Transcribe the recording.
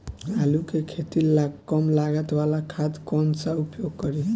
आलू के खेती ला कम लागत वाला खाद कौन सा उपयोग करी?